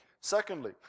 Secondly